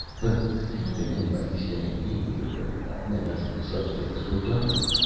but how could anybody stand being here very long, unless such things were done?